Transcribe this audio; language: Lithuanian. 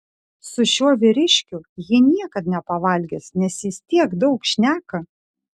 su šiuo vyriškiu ji niekad nepavalgys nes jis tiek daug šneka